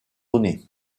donnée